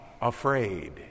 afraid